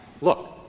look